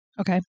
okay